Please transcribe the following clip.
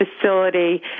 facility